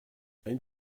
ein